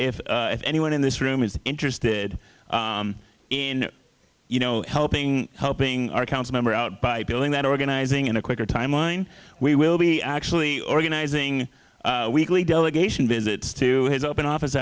to if anyone in this room is interested in you know helping helping our council member out by building that organizing in a quicker timeline we will be actually organizing weekly delegation visits to his open office